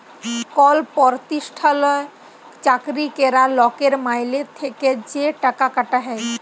call পরতিষ্ঠালে চাকরি ক্যরা লকের মাইলে থ্যাকে যা টাকা কাটা হ্যয়